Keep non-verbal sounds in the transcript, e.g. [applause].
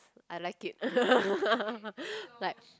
I like it [laughs] like